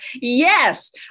Yes